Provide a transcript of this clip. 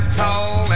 tall